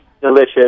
delicious